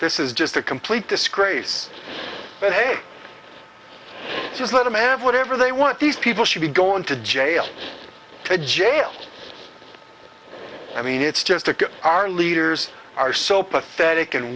this is just a complete disgrace but hey just let them have whatever they want these people should be going to jail to jail i mean it's just to our leaders are so pathetic and